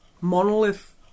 Monolith